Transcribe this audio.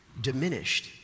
diminished